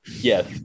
yes